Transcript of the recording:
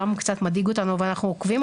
קצת מדאיג אותנו אבל אנחנו עוקבים אחריו.